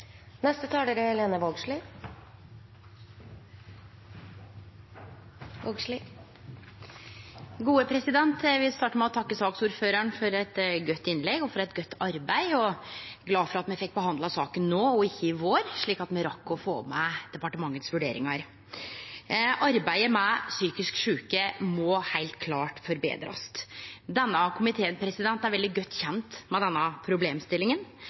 Eg vil starte med å takke saksordføraren for eit godt innlegg og for eit godt arbeid. Eg er glad for at me fekk behandla saka no og ikkje i vår, slik at me rakk å få med vurderingane til departementet. Arbeidet med psykisk sjuke må heilt klart betrast. Denne komiteen er veldig godt kjend med denne problemstillinga,